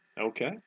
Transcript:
Okay